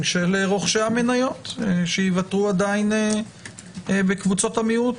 של רוכשי המניות שיוותרו עדיין בקבוצות המיעוט.